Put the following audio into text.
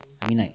I mean like